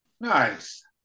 nice